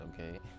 okay